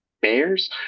Bears